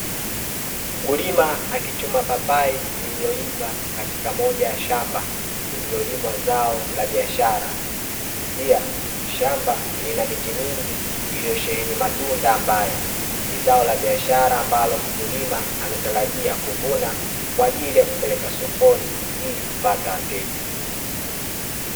Mkulima akichuma papai lililoiva katika moja ya shamba lililolimwa zao la biashara. Pia shamba lina miti mingi iliyosheheni matunda ambayo ni zao la biashara, ambalo mkulima anatarajia kuvuna kwa ajili ya kupeleka sokoni, ili kupata wateja.